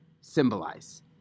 symbolize